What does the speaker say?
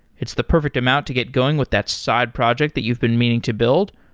it's the perfect amount to get going with that side project that you've been meaning to build,